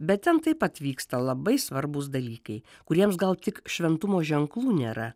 bet ten taip pat vyksta labai svarbūs dalykai kuriems gal tik šventumo ženklų nėra